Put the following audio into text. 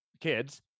kids